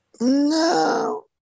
no